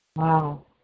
Wow